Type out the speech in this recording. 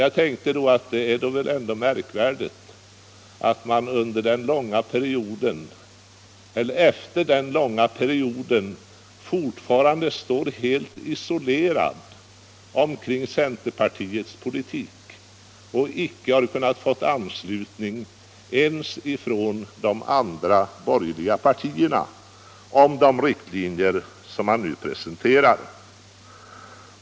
Jag tänkte att det är väl ändå märkvärdigt att centern efter den långa perioden fortfarande står helt isolerad och icke har kunnat få anslutning ens från de andra borgerliga partierna kring de riktlinjer man presenterat.